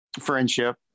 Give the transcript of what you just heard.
Friendship